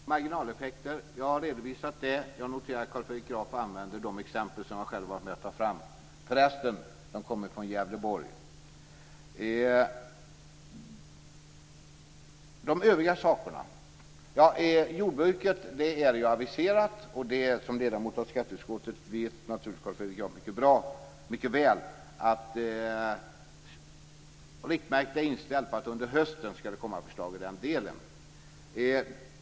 Fru talman! Marginaleffekterna har jag redovisat. Jag noterar att Carl Fredrik Graf använder de exempel som jag själv har varit med om att ta fram. För resten kommer de från Gävleborg. De övriga sakerna: När det gäller jordbruket har vi aviserat förslag. Som ledamot av skatteutskottet vet naturligtvis Carl Fredrik Graf mycket väl att riktmärket är att det under hösten skall komma förslag i den delen.